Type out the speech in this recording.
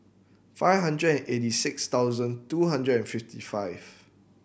five hundred and eighty six thousand two hundred and fifty five